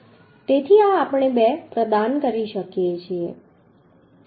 તેથી આ બે આપણે પ્રદાન કરીએ છીએ